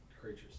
creatures